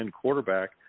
quarterback